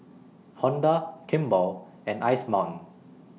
Honda Kimball and Ice Mountain